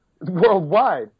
worldwide